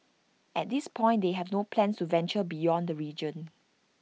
at this point they have no plans to venture beyond the region